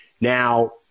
Now